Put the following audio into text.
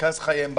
מרכז חייהן בארץ,